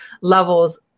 levels